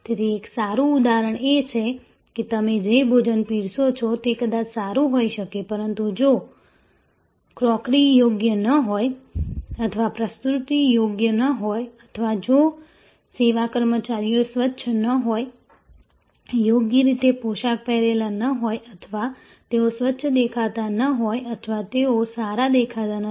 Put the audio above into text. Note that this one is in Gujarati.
તેથી એક સારું ઉદાહરણ એ છે કે તમે જે ભોજન પીરસો છો તે કદાચ સારું હોઈ શકે પરંતુ જો ક્રોકરી યોગ્ય ન હોય અથવા પ્રસ્તુતિ યોગ્ય ન હોય અથવા જો સેવા કર્મચારીઓ સ્વચ્છ ન હોય યોગ્ય રીતે પોશાક પહેરેલા ન હોય અથવા તેઓ સ્વચ્છ દેખાતા ન હોય અથવા તેઓ સારા દેખાતા નથી